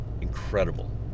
incredible